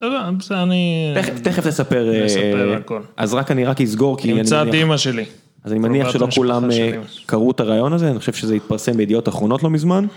בסדר, אני... -תכף, תכף נספר, -נספר הכול. -אז רק, אני רק אסגור כי... -יצאתי אמא שלי. -אז אני מניח שלא כולם קראו את הראיון הזה, אני חושב שזה התפרסם בידיעות האחרונות לא מזמן.